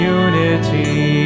unity